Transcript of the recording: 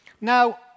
now